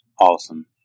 awesome